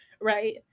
right